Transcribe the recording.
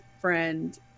friend